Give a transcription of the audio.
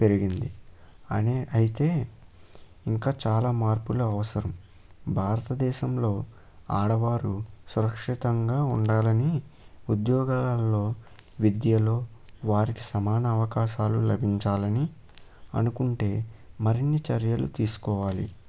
పెరిగింది అనే అయితే ఇంకా చాలా మార్పులు అవసరం భారతదేశంలో ఆడవారు సురక్షితంగా ఉండాలని ఉద్యోగాలలో విద్యలో వారికి సమాన అవకాశాలు లభించాలని అనుకుంటే మరిన్ని చర్యలు తీసుకోవాలి